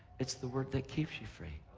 it's the word that keeps you free.